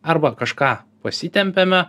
arba kažką pasitempiame